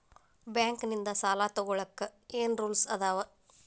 Bank ನಿಂದ್ ಸಾಲ ತೊಗೋಳಕ್ಕೆ ಏನ್ ರೂಲ್ಸ್ ಅದಾವ?